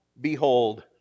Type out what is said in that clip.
behold